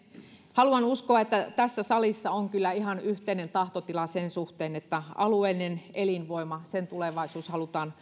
haluan uskoa että tässä salissa on kyllä ihan yhteinen tahtotila sen suhteen että alueellisen elinvoiman tulevaisuus halutaan